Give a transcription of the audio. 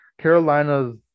Carolina's